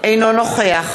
אינו נוכח